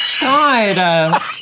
God